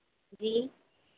जी